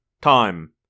Time